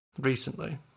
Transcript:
recently